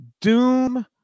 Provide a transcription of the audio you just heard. Doom